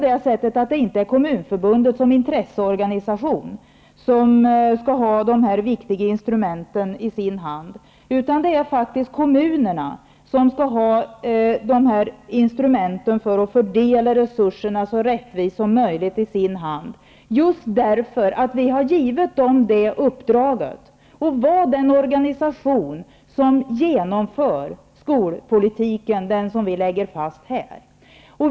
Det är inte Kommunförbundet som intresseorganisation som skall ha dessa viktiga instrument i sin hand, utan det är faktiskt kommunerna som skall ha dessa instrument för att kunna fördela resurserna så rättvist som möjligt, just därför att vi har givit Kommunförbundet uppdraget att vara den organisation som genomför den skolpolitik som vi här i riksdagen lägger fast.